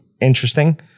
interesting